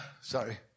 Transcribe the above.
Sorry